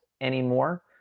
anymore